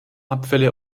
abfälle